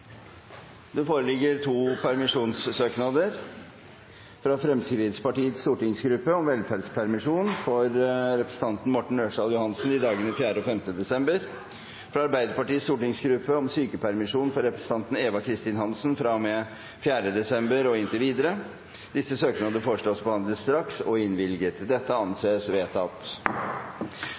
Det foreligger to permisjonssøknader: fra Fremskrittspartiets stortingsgruppe om velferdspermisjon for representanten Morten Ørsal Johansen i dagene 4. og 5. desember fra Arbeiderpartiets stortingsgruppe om sykepermisjon for representanten Eva Kristin Hansen fra og med 4. desember og inntil videre Disse søknadene foreslås behandlet straks og innvilget. – Det anses vedtatt.